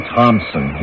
Thompson